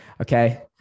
okay